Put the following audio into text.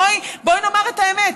בואי נאמר את האמת.